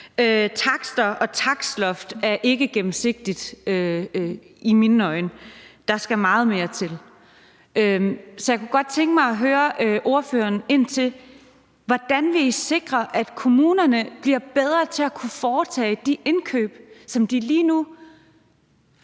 takster og et takstloft er ikke gennemsigtighed i mine øjne. Der skal meget mere til. Så jeg kunne godt tænke mig at høre ordføreren: Hvordan vil I sikre, at kommunerne bliver bedre til at kunne foretage de indkøb, som de lige nu